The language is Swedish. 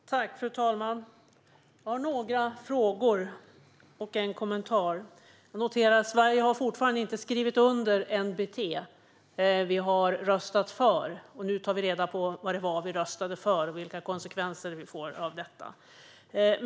Fru talman! Jag har några frågor och en kommentar. Jag noterar att Sverige fortfarande inte har skrivit under NPT. Vi har röstat för, och nu tar vi reda på vad det var vi röstade för och vilka konsekvenser det får för oss.